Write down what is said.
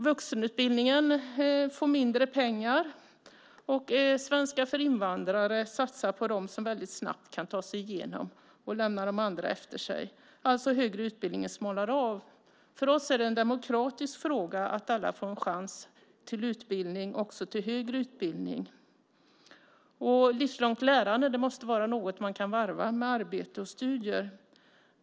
Vuxenutbildningen får mindre pengar, och svenska för invandrare satsar på dem som väldigt snabbt kan ta sig igenom och lämnar de andra efter sig. Alltså smalnar den högre utbildningen av. För oss är det en demokratisk fråga att alla får en chans till utbildning, också till högre utbildning. Livslångt lärande måste vara något man kan varva med arbete och studier.